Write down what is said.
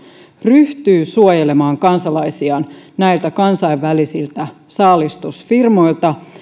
ryhtyy suojelemaan kansalaisiaan näiltä kansainvälisiltä saalistusfirmoilta